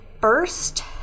first